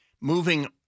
moving